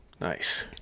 Nice